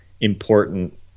important